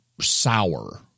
sour